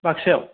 बाक्सायाव